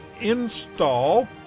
install